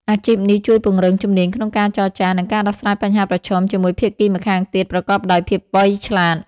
អាជីពនេះជួយពង្រឹងជំនាញក្នុងការចរចា និងការដោះស្រាយបញ្ហាប្រឈមជាមួយភាគីម្ខាងទៀតប្រកបដោយភាពវៃឆ្លាត។